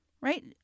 Right